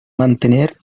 mantener